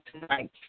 tonight